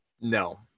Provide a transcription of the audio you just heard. no